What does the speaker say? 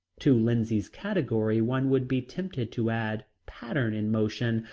to lindsay's category one would be tempted to add, pattern in motion,